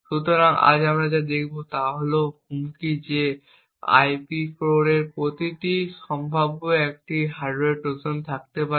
সুতরাং আমরা আজ যা দেখব তা হল হুমকি যে এই আইপি কোরের প্রতিটিতে সম্ভাব্য একটি হার্ডওয়্যার ট্রোজান থাকতে পারে